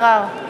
אלהרר,